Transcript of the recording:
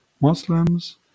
Muslims